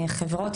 חברות,